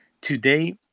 Today